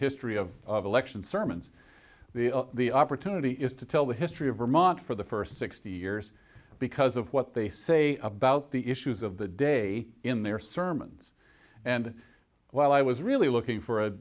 history of election sermons the opportunity is to tell the history of vermont for the first sixty years because of what they say about the issues of the day in their sermons and while i was really looking for a